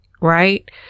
Right